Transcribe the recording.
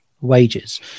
wages